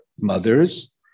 mothers